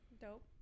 Dope